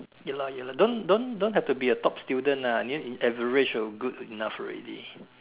ya lah ya lah don't don't don't have to be a top student ah near uh average good enough already